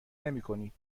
نمیکنید